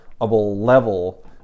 level